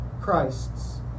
Christ's